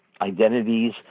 identities